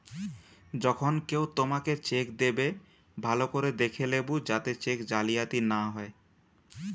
যখন কেও তোমাকে চেক দেবে, ভালো করে দেখে লেবু যাতে চেক জালিয়াতি না হয়